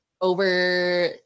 over